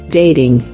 dating